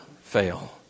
fail